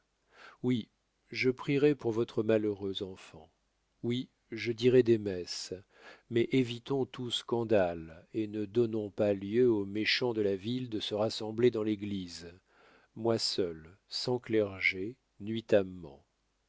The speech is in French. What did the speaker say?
séez oui je prierai pour votre malheureux enfant oui je dirai des messes mais évitons tout scandale et ne donnons pas lieu aux méchants de la ville de se rassembler dans l'église moi seul sans clergé nuitamment